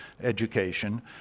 education